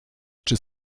czy